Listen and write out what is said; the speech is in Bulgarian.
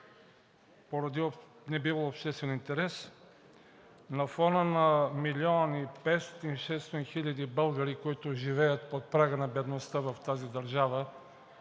поради небивалия обществен интерес на фона на милион и 500 хиляди – 600 хиляди българи, които живеят под прага на бедността в тази държава,